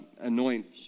anoint